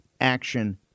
action